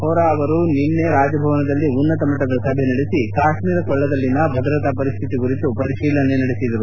ವೋಹ್ರಾ ಅವರು ನಿನ್ನೆ ರಾಜಭವನದಲ್ಲಿ ಉನ್ನತ ಮಟ್ಟದ ಸಭೆ ನಡೆಸಿ ಕಾಶ್ವೀರ ಕೊಳದಲ್ಲಿನ ಭದ್ರತಾ ಪರಿಸ್ಥಿತಿಯ ಕುರಿತು ಪರಿಶೀಲನೆ ನಡೆಸಿದರು